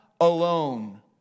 alone